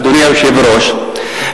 אדוני היושב-ראש,